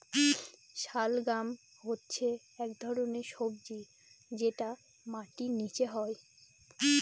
শালগাম হচ্ছে এক ধরনের সবজি যেটা মাটির নীচে হয়